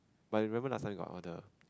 but remember last time got all the